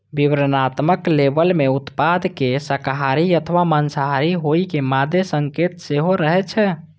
विवरणात्मक लेबल मे उत्पाद के शाकाहारी अथवा मांसाहारी होइ के मादे संकेत सेहो रहै छै